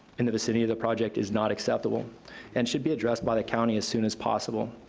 in the vicinity of the project is not acceptable and should be addressed by the county as soon as possible.